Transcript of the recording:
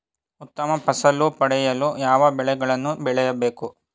ಉತ್ತಮ ಫಸಲು ಪಡೆಯಲು ಯಾವ ಬೆಳೆಗಳನ್ನು ಬೆಳೆಯಬೇಕು?